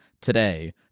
today